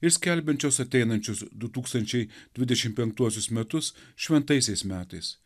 ir skelbiančios ateinančius du tūkstančiai dvidešimt penktuosius metus šventaisiais metais